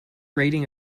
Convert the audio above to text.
rating